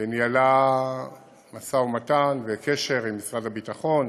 וניהלה משא ומתן וקשר עם משרד הביטחון